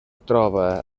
troba